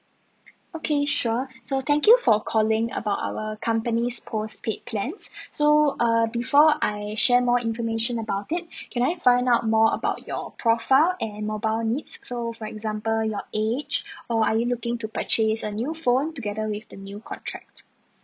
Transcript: okay sure so thank you for calling about our company's postpaid plans so err before I share more information about it can I find out more about your profile and mobile needs so for example your age or are you looking to purchase a new phone together with the new contract